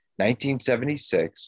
1976